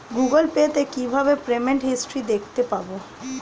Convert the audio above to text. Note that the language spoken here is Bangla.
গুগোল পে তে কিভাবে পেমেন্ট হিস্টরি দেখতে পারবো?